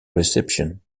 reception